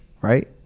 Right